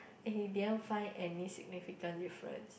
and he didn't find any significant difference